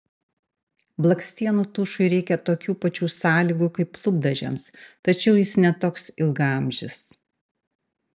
blakstienų tušui reikia tokių pačių sąlygų kaip lūpdažiams tačiau jis ne toks ilgaamžis